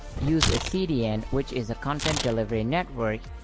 use a cdn which is a content delivery network,